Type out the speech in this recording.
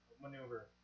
maneuver